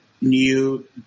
new